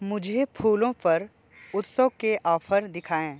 मुझे फूलो पर उत्सव के ऑफर दिखाएँ